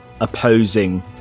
opposing